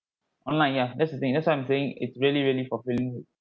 online ya that's the thing that's why I'm saying it's really really fulfilling